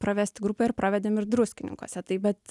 pravest grupę ir pravedėm ir druskininkuose tai bet